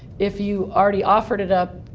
if you already offered it up,